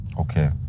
okay